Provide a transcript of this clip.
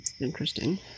Interesting